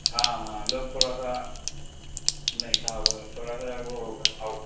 हाँ हाँ लोग थोड़ा सा नहीं साहब थोड़ा सा वो होगा भाव